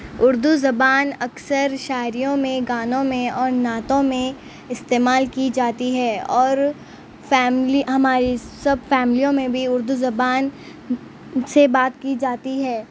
اردو زبان اکثر شاعریوں میں گانوں میں اور نعتوں میں استعمال کی جاتی ہے اور فیملی ہماری سب فیملیوں میں بھی اردو زبان سے بات کی جاتی ہے